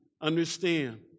understand